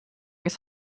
ist